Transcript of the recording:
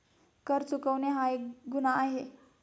कर चुकवणे हा एक गुन्हा आहे